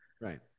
Right